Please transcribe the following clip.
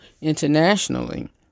internationally